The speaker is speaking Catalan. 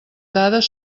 dades